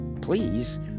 please